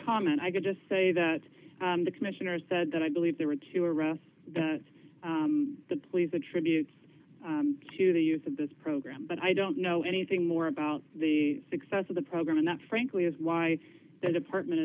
comment i could just say that the commissioner said that i believe there were two arrests that the police attributes to the youth of this program but i don't know anything more about the success of the program and that frankly is why the department